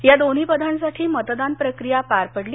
या दोन्ही पदांसाठी मतदान प्रक्रिया पार पडली